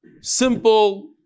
simple